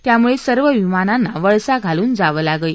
त्यामुळे सर्व विमानांना वळसा घालून जावं लागे